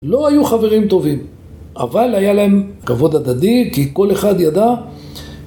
לא היו חברים טובים אבל היה להם כבוד הדדי כי כל אחד ידע